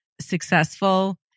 successful